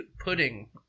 pudding